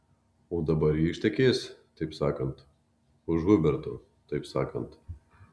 o dabar ji ištekės taip sakant už huberto taip sakant